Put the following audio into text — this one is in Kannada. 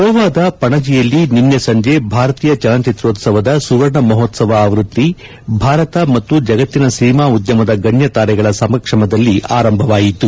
ಗೋವಾದ ಪಣಜಿಯಲ್ಲಿ ನಿನ್ನೆ ಸಂಜೆ ಭಾರತೀಯ ಚಲನಚಿತ್ರೋತ್ಸವದ ಸುವರ್ಣ ಮಹೋತ್ಸವ ಆವೃತ್ತಿ ಭಾರತ ಮತ್ತು ಜಗತ್ತಿನ ಸಿನಿಮಾ ಉದ್ಯಮದ ಗಣ್ಯ ತಾರೆಗಳ ಸಮಕ್ಷಮದಲ್ಲಿ ಆರಂಭವಾಯಿತು